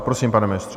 Prosím, pane ministře.